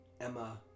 Emma